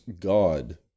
God